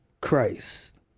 Christ